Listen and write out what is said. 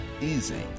easy